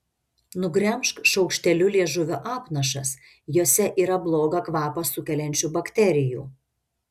nugremžk šaukšteliu liežuvio apnašas jose yra blogą kvapą sukeliančių bakterijų